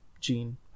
gene